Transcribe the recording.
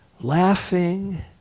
laughing